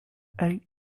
eight